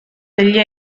degli